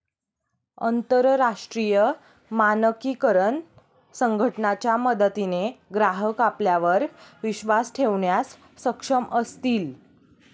अंतरराष्ट्रीय मानकीकरण संघटना च्या मदतीने ग्राहक आपल्यावर विश्वास ठेवण्यास सक्षम असतील